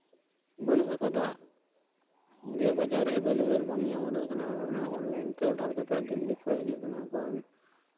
ᱵᱟᱹᱱᱩᱜ ᱟᱠᱟᱫᱟ ᱡᱮ ᱵᱟᱡᱟᱨᱨᱮ ᱮᱵᱮᱞ ᱞᱮᱵᱮᱞ ᱵᱟᱝ ᱧᱟᱢ ᱦᱚᱫᱚᱜ ᱠᱟᱱᱟ ᱚᱱᱞᱟᱭᱤᱱ ᱠᱷᱚᱱ ᱚᱰᱟᱨ ᱠᱟᱛᱮᱜ ᱫᱤᱞᱞᱤ ᱠᱷᱚᱱ ᱦᱤᱡᱩᱜ ᱠᱟᱱᱟ